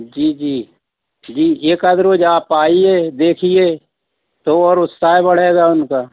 जी जी जी एक आध रोज़ आप आइए देखिए तो और उत्साह बढ़ेगा उनका